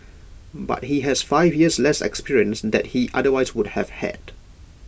but he has five years less experience that he otherwise would have had